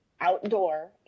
outdoor